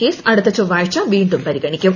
case അടുത്ത ചൊവ്വാഴ്ച വീണ്ടും പരിഗണിക്കും